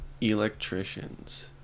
electricians